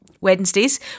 Wednesdays